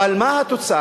אבל מה התוצאה?